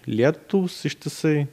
lietūs ištisai